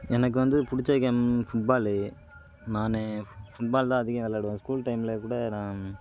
எனக்கு வந்து பிடிச்ச கேம் ஃபுட்பாலு நானு ஃபுட்பால் தான் அதிகம் விளாடுவேன் ஸ்கூல் டைமில் கூட நான்